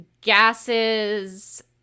gases